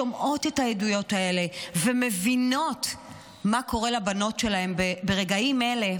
השומעות את העדויות האלה ומבינות מה קורה לבנות שלהן ברגעים אלה,